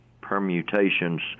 permutations